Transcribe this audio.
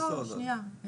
שניה,